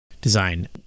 Design